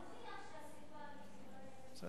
היא צריכה להוכיח שהסיבה --- אבל